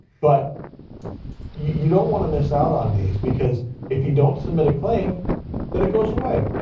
but you don't want to miss out on these because if you don't submit a claim then it goes away.